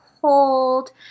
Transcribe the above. hold